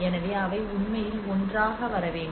எனவே அவை உண்மையில் ஒன்றாக வர வேண்டும்